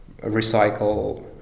recycle